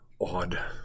odd